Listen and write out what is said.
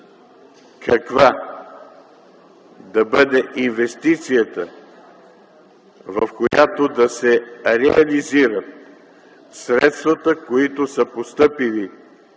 каква да бъде инвестицията, в която да се реализират средствата, които са постъпили